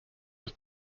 was